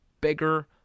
bigger